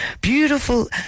beautiful